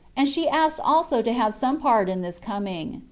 and she asked also to have some part in this coming.